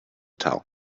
tell